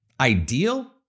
ideal